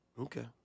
Okay